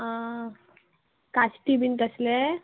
आ काश्टी बीन तसले